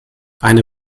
eine